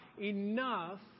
enough